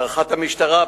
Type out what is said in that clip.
להערכת המשטרה,